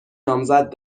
نامزد